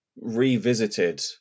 revisited